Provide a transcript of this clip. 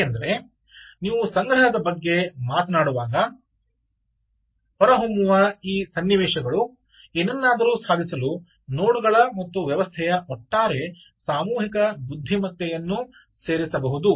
ಏಕೆಂದರೆ ನೀವು ಸಂಗ್ರಹದ ಬಗ್ಗೆ ಮಾತನಾಡುವಾಗ ಹೊರಹೊಮ್ಮುವ ಈ ಸನ್ನಿವೇಶಗಳು ಏನನ್ನಾದರೂ ಸಾಧಿಸಲು ನೋಡ್ಗಳ ಮತ್ತು ವ್ಯವಸ್ಥೆಯ ಒಟ್ಟಾರೆ ಸಾಮೂಹಿಕ ಬುದ್ಧಿಮತ್ತೆಯನ್ನು ಸೇರಿಸಬಹುದು